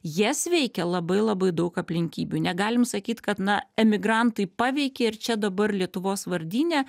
jas veikia labai labai daug aplinkybių negalim sakyt kad na emigrantai paveikė ir čia dabar lietuvos vardyne